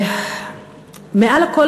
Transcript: מעל לכול,